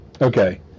Okay